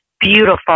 beautiful